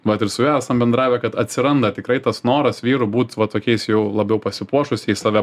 vat ir su juo esam bendravę kad atsiranda tikrai tas noras vyrų būt va tokiais jau labiau pasipuošusiais save